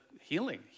healing